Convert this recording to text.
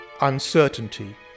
uncertainty